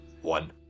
one